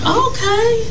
okay